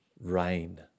rain